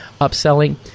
upselling